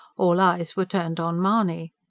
all eyes were turned on mahony.